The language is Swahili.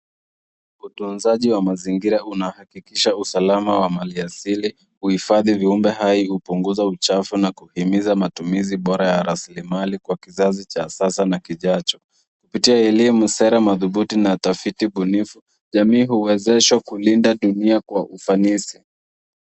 Utunzaji wa mazingira unahakikisha usalama wa mali asili huhifadhi viumbe hai hupunguza uchafu na kuhimiza matumizi bora ya rasilimali kwa kizazi cha kisasa na kijacho kupitia elimu sera madhubuti na utafiti bunifu jamii huwezeshwa kulinda dunia kwa ufanisi.